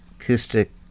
Acoustic